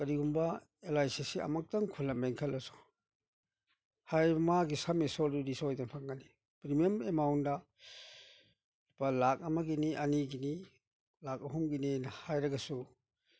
ꯀꯔꯤꯒꯨꯝꯕ L I C ꯑꯁꯤ ꯑꯃꯨꯛꯇꯪ ꯍꯨꯜꯂꯝꯃꯦ ꯈꯜꯂꯁꯨ ꯍꯥꯏꯔꯤꯕ ꯃꯥꯒꯤ ꯁꯣꯏꯗꯅ ꯐꯪꯒꯅꯤ ꯔꯦꯃꯦꯟ ꯑꯦꯃꯥꯎꯟꯗ ꯂꯨꯄꯥ ꯂꯥꯛ ꯑꯃꯒꯤꯅꯤ ꯑꯅꯤꯒꯤꯅꯤ ꯂꯥꯛ ꯑꯍꯨꯝꯒꯤꯅꯦꯅ ꯍꯥꯏꯔꯒꯁꯨ